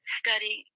study